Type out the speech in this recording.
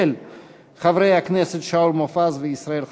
של חברי הכנסת שאול מופז וישראל חסון.